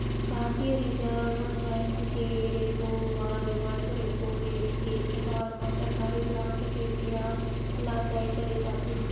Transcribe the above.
भारतीय reserve bank के repo व रिवर्स रेपो रेट के अधार म सरकारी बांड के बियाज ल तय करे जाथे